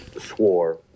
swore